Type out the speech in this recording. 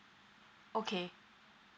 okay